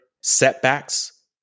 setbacks